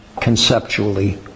conceptually